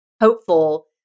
hopeful